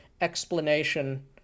explanation